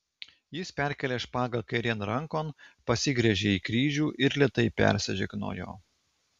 jis perkėlė špagą kairėn rankon pasigręžė į kryžių ir lėtai persižegnojo